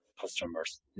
customers